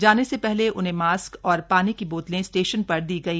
जाने से पहले उन्हें मास्क और पानी की बोतलें स्टेशन पर दी गई